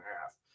half